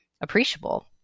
appreciable